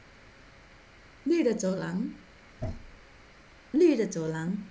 绿的走廊绿的走廊